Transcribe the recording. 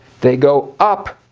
they go up.